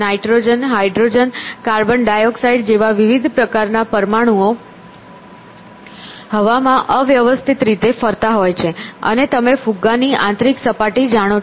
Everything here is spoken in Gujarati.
નાઇટ્રોજન હાઇડ્રોજન કાર્બન ડાયોક્સાઇડ જેવા વિવિધ પ્રકારના પરમાણુઓ હવામાં અવ્યવસ્થિત રીતે ફરતા હોય છે અને તમે ફુગ્ગાની આંતરિક સપાટી જાણો છો